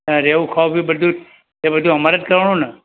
ત્યાં રહેવું ખાવું પીવું બધું જ એ બધું અમારે જ કરવાનું ને